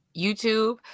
YouTube